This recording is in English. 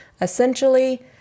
essentially